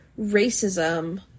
racism-